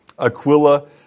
Aquila